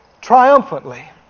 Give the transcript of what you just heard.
triumphantly